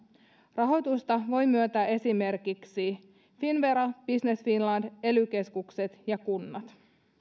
rahoitusta voivat myöntää esimerkiksi finnvera business finland ely keskukset ja kunnat